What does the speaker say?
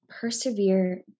persevere